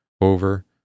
over